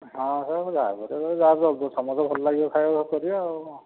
ହଁ ସେସବୁ ଯାହା କରିବ ଯାହା ସମସ୍ତଙ୍କୁ ଭଲ ଲାଗିବ ଖାଇବାକୁ କରିବା ଆଉ କ'ଣ